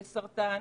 לסרטן,